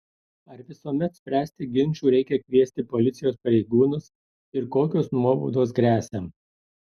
ar visuomet spręsti ginčų reikia kviesti policijos pareigūnus ir kokios nuobaudos gresia